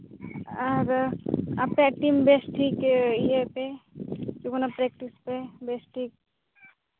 ᱟᱨ ᱟᱯᱮᱭᱟᱜ ᱴᱤᱢ ᱵᱮᱥ ᱴᱷᱤᱠ ᱤᱭᱟᱹᱭ ᱯᱮ ᱪᱮᱫ ᱠᱚ ᱢᱮᱱᱟ ᱯᱨᱮᱠᱴᱤᱥ ᱯᱮ ᱵᱮᱥᱴᱷᱤᱠ